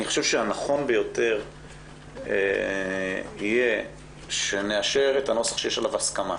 אני חושב שהנכון ביותר יהיה שנאשר את הנוסח שיש עליו הסכמה,